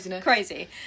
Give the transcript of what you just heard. Crazy